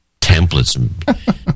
templates